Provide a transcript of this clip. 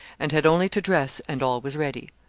and had only to dress and all was ready.